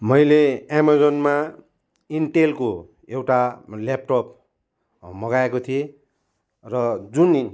मैले एमाजोनमा इन्टेलको एउटा ल्यापटप मगाएको थिएँ र जुन